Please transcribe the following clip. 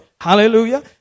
Hallelujah